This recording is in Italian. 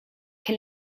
che